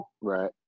Right